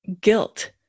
guilt